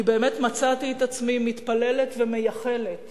באמת מצאתי את עצמי מתפללת ומייחלת